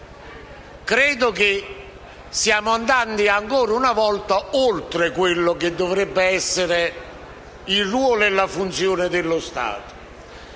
Credo che stiamo andando, ancora una volta, oltre quelli che dovrebbero essere il ruolo e la funzione dello Stato.